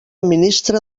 ministre